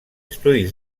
estudis